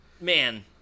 Man